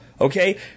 Okay